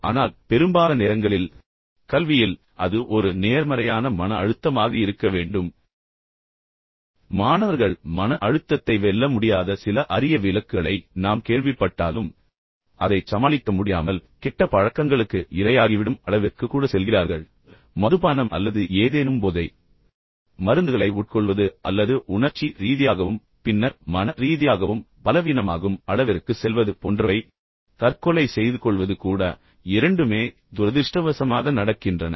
ஆனால் பெரும்பாலான நேரங்களில் கல்வியில் அது ஒரு நேர்மறையான மன அழுத்தமாக இருக்க வேண்டும் மாணவர்கள் மன அழுத்தத்தை வெல்ல முடியாத சில அரிய விலக்குகளை நாம் கேள்விப்பட்டாலும் அதைச் சமாளிக்க முடியாமல் பின்னர் கெட்ட பழக்கங்களுக்கு இரையாகிவிடும் அளவிற்கு கூட செல்கிறார்கள் மதுபானம் அல்லது ஏதேனும் போதை மருந்துகளை உட்கொள்வது அல்லது உணர்ச்சி ரீதியாகவும் பின்னர் மன ரீதியாகவும் பலவீனமாகும் அளவிற்கு செல்வது போன்றவை தற்கொலை செய்துகொள்வது கூட இரண்டுமே துரதிர்ஷ்டவசமாக நடக்கின்றன